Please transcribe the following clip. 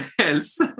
else